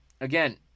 again